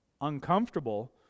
uncomfortable